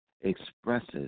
expresses